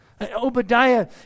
Obadiah